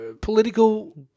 political